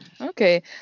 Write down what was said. Okay